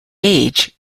age